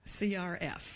CRF